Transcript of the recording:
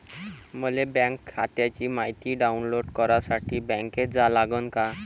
मले बँक खात्याची मायती डाऊनलोड करासाठी बँकेत जा लागन का?